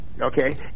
okay